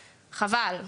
חבל.